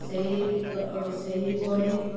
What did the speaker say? ସେହି ସେହିପରି